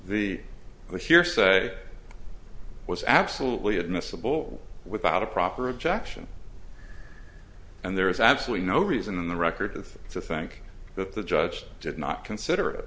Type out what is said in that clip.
the hearsay was absolutely admissible without a proper objection and there is absolutely no reason in the record with to think that the judge did not consider it